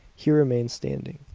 he remained standing,